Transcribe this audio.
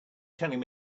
telling